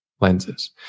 lenses